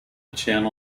channel